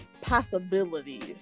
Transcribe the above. possibilities